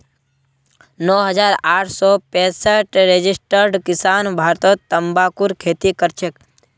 नौ हजार आठ सौ पैंसठ रजिस्टर्ड किसान भारतत तंबाकूर खेती करछेक